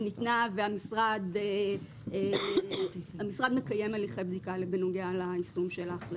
המשרד מקיים הליכי בדיקה בנוגע ליישום ההחלטה.